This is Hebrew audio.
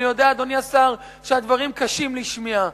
אני יודע, אדוני השר, שהדברים קשים לשמיעה,